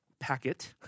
Packet